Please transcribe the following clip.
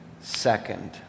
second